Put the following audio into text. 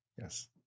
Yes